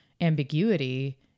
ambiguity